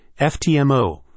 FTMO